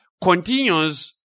continues